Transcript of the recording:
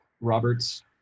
Robert's